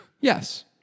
Yes